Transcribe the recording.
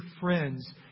friends